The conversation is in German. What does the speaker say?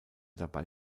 dabei